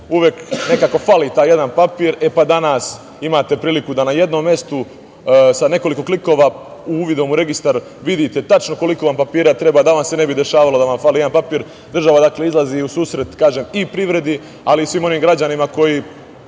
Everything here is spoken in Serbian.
uvek nekako fali taj jedan papir. E, pa, danas imate priliku da na jednom mestu sa nekoliko klikova uvidom u registar vidite tačno koliko vam papira treba, da vam se ne bi dešavalo da vam fali jedan papir. Država, dakle, izlazi u susret i privredi, ali i svim onim građanima koji